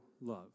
love